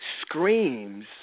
screams